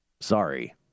Sorry